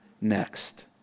next